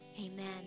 Amen